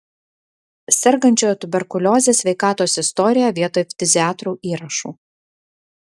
sergančiojo tuberkulioze sveikatos istoriją vietoj ftiziatrų įrašų